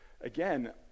again